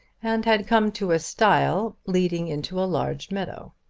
and had come to a stile leading into a large meadow.